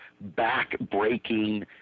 back-breaking